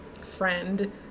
friend